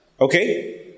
Okay